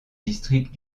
district